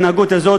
ההתנהגות הזאת,